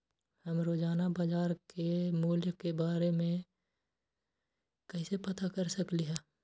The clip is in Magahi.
हम रोजाना बाजार के मूल्य के के बारे में कैसे पता कर सकली ह?